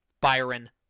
Byron